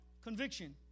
Conviction